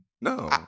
No